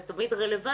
וזה תמיד רלוונטי,